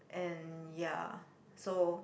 and ya so